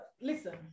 Listen